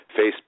Facebook